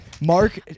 Mark